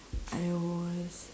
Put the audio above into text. I was